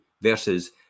versus